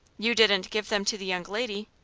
you didn't give them to the young lady?